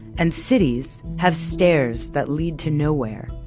and cities have stairs that lead to nowhere.